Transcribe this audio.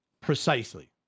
Precisely